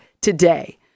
today